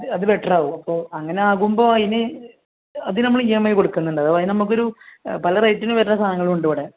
അത് ബെറ്റർ ആകും അപ്പോൾ അങ്ങനെ ആകുമ്പോൾ അതിന് അത് നമ്മൾ ഇ എം ഐ കൊടുക്കുന്നുണ്ട് അത് അതിന് നമുക്ക് ഒരു പല റേറ്റിന് വരുന്ന സാധനങ്ങളും ഉണ്ട് ഇവിടെ